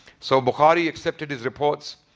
so bukhari accepted his reports.